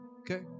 Okay